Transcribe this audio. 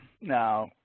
Now